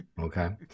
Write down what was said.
Okay